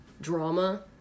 drama